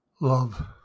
Love